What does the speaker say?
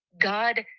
God